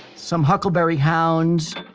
some huckleberry hounds.